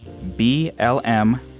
BLM